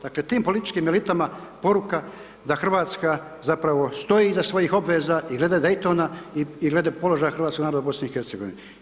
Dakle tim političkim elitama poruka da Hrvatska zapravo stoji iza svojih obveza i glede Daytona i glede položaja hrvatskog naroda u BiH-u.